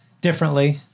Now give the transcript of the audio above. differently